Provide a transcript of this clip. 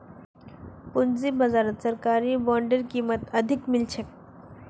पूंजी बाजारत सरकारी बॉन्डेर कीमत अधिक मिल छेक